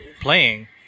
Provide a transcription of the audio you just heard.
playing